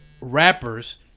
rappers